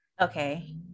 Okay